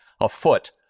afoot